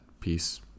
peace